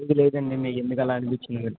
లేదు లేదండి మీకు ఎందుకలా అనిపించింది